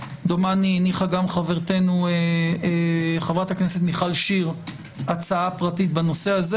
דומני הניחה גם חברתנו חברת הכנסת מיכל שיר הצעה פרטית בנושא הזה.